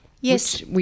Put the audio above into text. Yes